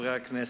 חברי הכנסת,